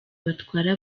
batwara